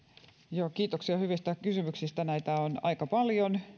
kiitoksia hyvistä kysymyksistä näitä on aika paljon